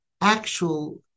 actual